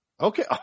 Okay